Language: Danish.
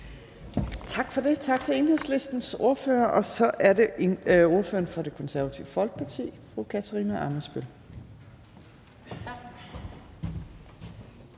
Tak for det. Tak til Enhedslistens ordfører, og så er det ordføreren for Det Konservative Folkeparti, fru Katarina Ammitzbøll. Kl.